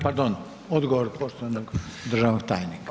Pardon, odgovor poštovanog državnog tajnika.